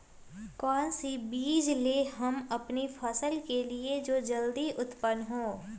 कौन सी बीज ले हम अपनी फसल के लिए जो जल्दी उत्पन हो?